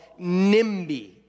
NIMBY